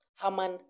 Haman